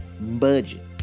Budget